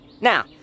Now